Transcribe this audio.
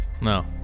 No